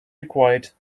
required